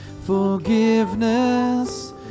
Forgiveness